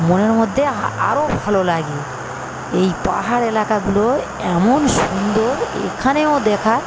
মনের মধ্যে আরো ভালো লাগে এই পাহাড় এলাকাগুলোয় এমন সুন্দর এখানেও দেখার